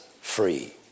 free